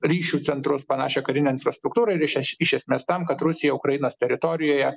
ryšių centrus panašią karinę infrastruktūrą ir iš iš esmės tam kad rusija ukrainos teritorijoje